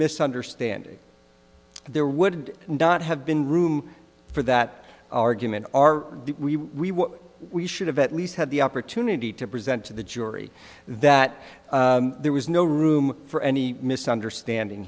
misunderstanding there would not have been room for that argument are we we should have at least had the opportunity to present to the jury that there was no room for any misunderstanding